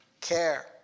care